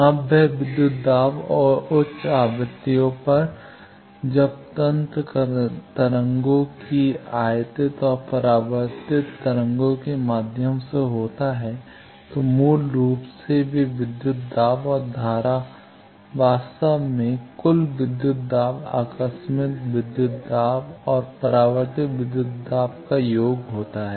अब वह विद्युत दाब और उच्च आवृत्तियों पर जब तंत्र तरंगों की आयातित और परावर्तित तरंगों के माध्यम से होता है तो मूल रूप से वे विद्युत दाब और धारा वास्तव में कुल विद्युत दाब आकस्मिक विद्युत दाब और परावर्तित विद्युत दाब का योग होता है